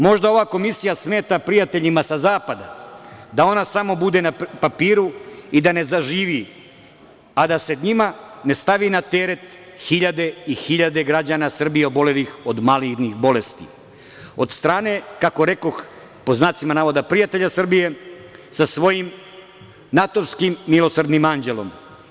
Možda ova Komisija smeta prijateljima sa zapada, da ona samo bude na papiru i da ne zaživi, a da se njima ne stavi na teret hiljade i hiljade građana Srbije obolelih od malignih bolesti, od strane, kako rekoh, pod znacima navoda prijatelja Srbije, sa svojim natovskim „Milosrdnim anđelom“